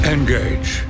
Engage